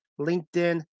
LinkedIn